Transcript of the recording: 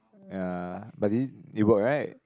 ya but it it work right